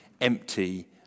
empty